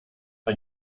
bei